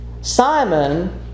Simon